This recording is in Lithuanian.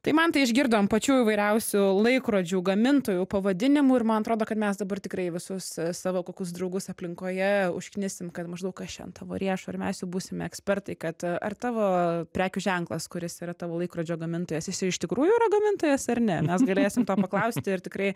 tai mantai išgirdom pačių įvairiausių laikrodžių gamintojų pavadinimų ir man atrodo kad mes dabar tikrai visus savo kokius draugus aplinkoje užknisim kad maždaug kas čia ant tavo riešo ir mes jau būsime ekspertai kad ar tavo prekių ženklas kuris yra tavo laikrodžio gamintojas iš tikrųjų yra gamintojas ar ne mes galėsim to paklausti ir tikrai